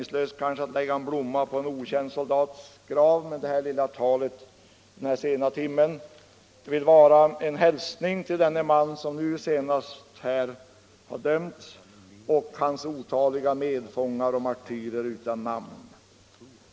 Det är kanske meningslöst att lägga en blomma på en okänd soldats grav, men det här lilla talet vid den här sena timmen vill ändå vara en hälsning till denne man som nu senast har dömts och till hans otaliga medfångar och martyrer utan namn.